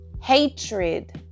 hatred